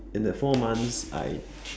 in that four months I